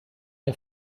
der